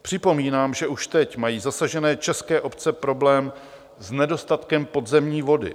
Připomínám, že už teď mají zasažené české obce problém s nedostatkem podzemní vody.